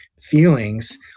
feelings